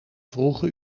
vroege